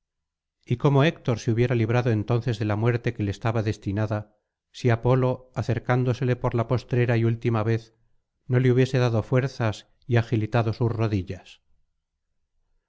y cómo héctor se hubiera librado entonces de la muerte que le estaba destinada si apolo acercándosele por la postrera y última vez no le hubiese dado fuerzas y agilitado sus rodillas